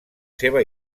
seva